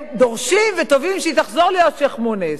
הם דורשים ותובעים שהיא תחזור להיות שיח'-מוניס.